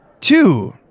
Two